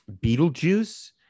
beetlejuice